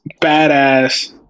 badass